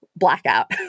blackout